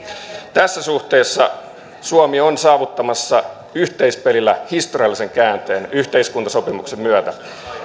tässä suhteessa suomi on saavuttamassa yhteispelillä historiallisen käänteen yhteiskuntasopimuksen myötä